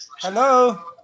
Hello